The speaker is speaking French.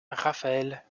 rafael